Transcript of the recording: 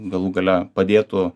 galų gale padėtų